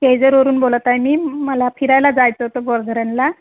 केळजरवरून बोलत आहे मी मला फिरायला जायचं होतं बोर धरणला